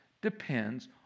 depends